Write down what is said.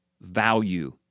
value